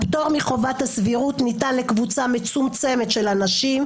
הפטור מחובת הסבירות ניתן לקבוצה מצומצמת של אנשים,